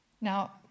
Now